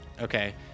Okay